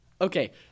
Okay